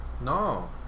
No